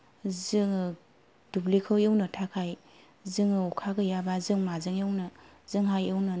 जोङो दुब्लिखौ एवनो थाखाय जोङो अखा गैयाबा जोङो माजों एवनो जोंहा एवनोनो